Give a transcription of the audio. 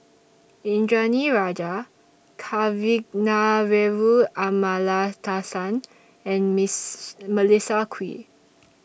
Indranee Rajah Kavignareru Amallathasan and Melissa Kwee